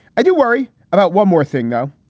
i do worry about one more thing though,